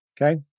okay